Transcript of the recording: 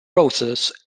roses